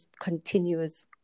continuous